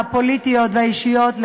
הפוליטיות והאישיות,